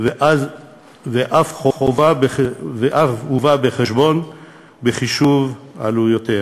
ואף הובא בחשבון בחישוב עלויותיהם.